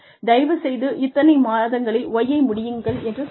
தயவுசெய்து இத்தனை மாதங்களில் Y ஐ முடியுங்கள் என்று சொல்வார்கள்